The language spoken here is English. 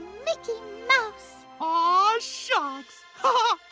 mickey mouse. aww, shucks! but